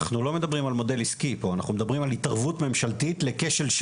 אנחנו לא מדברים על מודל עסקי פה,